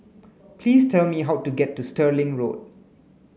please tell me how to get to Stirling Road